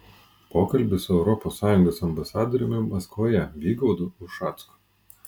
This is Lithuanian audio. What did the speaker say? pokalbis su europos sąjungos ambasadoriumi maskvoje vygaudu ušacku